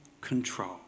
control